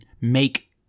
make